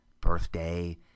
birthday